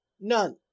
None